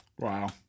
wow